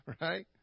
Right